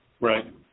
right